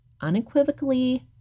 unequivocally